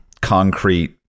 concrete